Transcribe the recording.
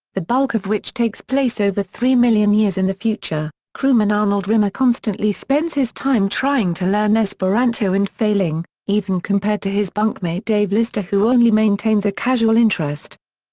the bulk of which takes place over three million years in the future, crewman arnold rimmer constantly spends his time trying to learn esperanto and failing, even compared to his bunkmate dave lister who only maintains a casual interest.